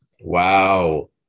Wow